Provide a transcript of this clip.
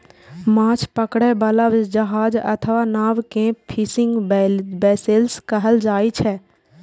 माछ पकड़ै बला जहाज अथवा नाव कें फिशिंग वैसेल्स कहल जाइ छै